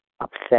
upset